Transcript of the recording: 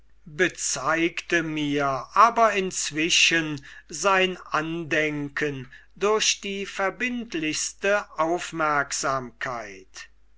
bezeigte mir aber inzwischen sein andenken durch die verbindlichste aufmerksamkeit